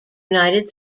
united